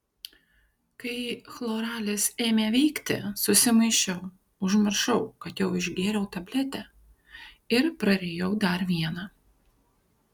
kai chloralis ėmė veikti susimaišiau užmiršau kad jau išgėriau tabletę ir prarijau dar vieną